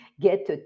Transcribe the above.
get